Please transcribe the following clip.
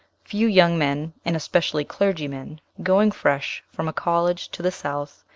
few young men, and especially clergymen, going fresh from a college to the south,